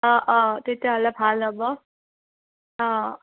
অঁ অঁ তেতিয়াহ'লে ভাল হ'ব অঁ